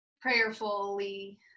prayerfully